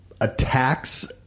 attacks